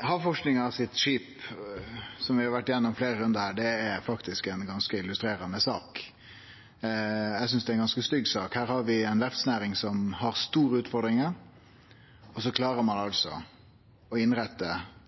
Havforskingsinstituttets skip, som vi har vore innom i fleire rundar her, det er faktisk ei ganske illustrerande sak. Eg synest det er ei ganske stygg sak. Vi har ei verftsnæring som har store utfordringar, og så klarer ein altså å innrette